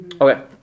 Okay